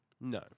No